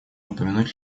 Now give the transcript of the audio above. упомянуть